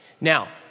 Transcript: Now